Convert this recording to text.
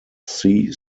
sea